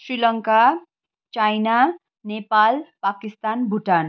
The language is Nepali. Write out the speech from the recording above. श्रीलङ्का चाइना नेपाल पाकिस्तान भुटान